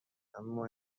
اما